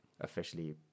officially